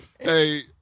Hey